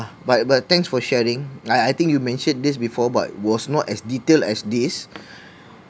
but but thanks for sharing l I think you mentioned this before but was not as detailed as this